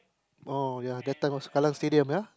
oh ya that time was Kallang-Stadium yeah